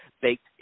baked